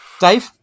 Dave